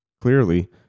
clearly